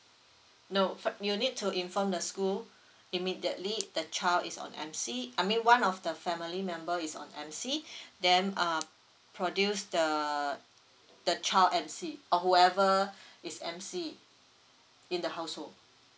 nope fo~ you need to inform the school immediately the child is on M_C I mean one of the family member is on M_C then uh produce the the child M_C or whoever is M_C in the household